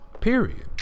Period